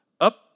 up